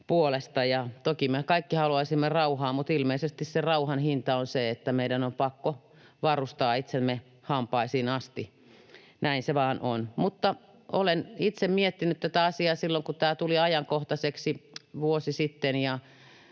Toki me kaikki haluaisimme rauhaa, mutta ilmeisesti sen rauhan hinta on se, että meidän on pakko varustaa itsemme hampaisiin asti. Näin se vaan on. Olen itse miettinyt tätä asiaa silloin, kun tämä tuli ajankohtaiseksi vuosi sitten,